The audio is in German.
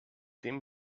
dem